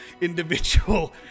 individual